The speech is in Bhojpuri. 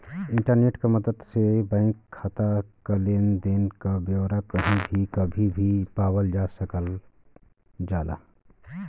इंटरनेट क मदद से बैंक खाता क लेन देन क ब्यौरा कही भी कभी भी पावल जा सकल जाला